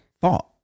thought